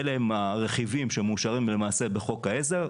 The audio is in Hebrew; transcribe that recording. אלה הם הרכיבים שמאושרים למעשה בחוק העזר,